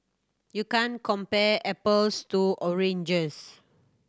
you can't compare apples to oranges